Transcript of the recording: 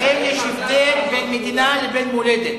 לכן, יש הבדל בין מדינה לבין מולדת.